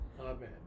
Amen